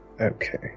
Okay